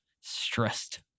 stressed